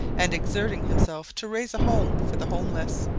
and exerting himself to raise a home for the homeless.